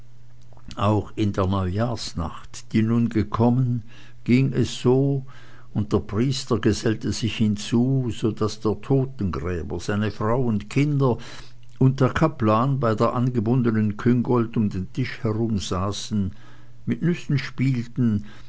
auch in der neujahrsnacht die nun gekommen ging es so und der priester gesellte sich hinzu so daß der totengräber seine frau und kinder und der kaplan bei der angebundenen küngolt um den tisch herum saßen mit nüssen spielten